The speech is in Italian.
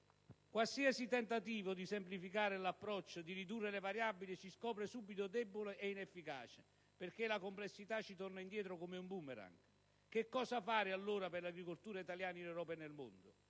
Qualsiasi tentativo di semplificare l'approccio alla politica agricola comune o di ridurne le variabili si scopre subito debole e inefficace, perché la complessità ci torna indietro come un boomerang. Che cosa fare allora per l'agricoltura italiana in Europa e nel mondo?